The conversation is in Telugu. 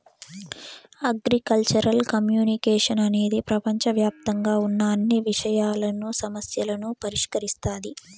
అగ్రికల్చరల్ కమ్యునికేషన్ అనేది ప్రపంచవ్యాప్తంగా ఉన్న అన్ని విషయాలను, సమస్యలను పరిష్కరిస్తాది